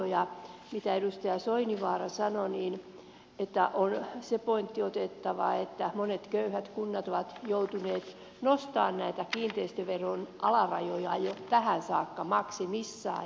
liittyen siihen mitä edustaja soininvaara sanoi niin on se pointti otettava että monet köyhät kunnat ovat joutuneet nostamaan näitä kiinteistöveron alarajoja jo tähän saakka maksimiinsa